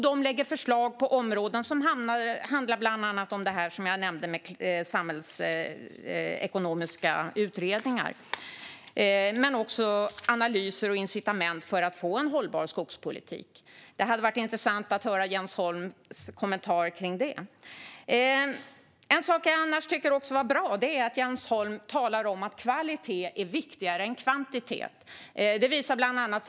De lägger fram förslag på bland annat samhällsekonomiska utredningar, vilket jag nämnde, men också på analyser och incitament för att få en hållbar skogspolitik. Det hade varit intressant att höra Jens Holm kommentera det. Det är bra att Jens Holm säger att kvalitet är viktigare än kvantitet.